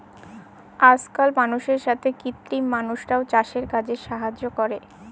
আজকাল মানুষের সাথে কৃত্রিম মানুষরাও চাষের কাজে সাহায্য করতে পারে